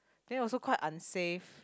then also quite unsafe